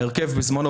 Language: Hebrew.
ההרכב בזמנו,